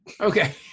Okay